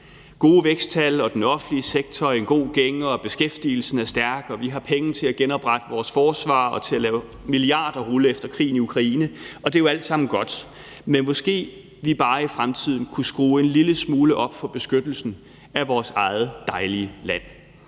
gode væksttal, og den offentlige sektor er i god gænge, og beskæftigelsen er stærk, og vi har penge til at genoprette vores forsvar og til at lade milliarder af kroner rulle efter krigen i Ukraine, og det er jo alt sammen godt. Men måske vi bare i fremtiden kunne skrue en lille smule op for beskyttelsen af vores egen dejlige land.